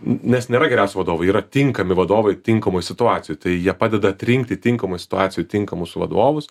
nes nėra geriausi vadovai yra tinkami vadovai tinkamoj situacijoj tai jie padeda atrinkti tinkamoj situacijoj tinkamus vadovus